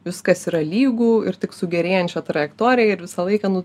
viskas yra lygu ir tik su gerėjančia trajektorija ir visą laiką nu